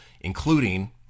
including